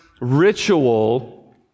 Ritual